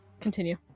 Continue